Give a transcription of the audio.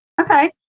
Okay